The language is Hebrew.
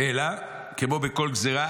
אלא" כמו בכל גזרה,